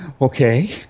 Okay